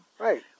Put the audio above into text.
Right